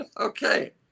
Okay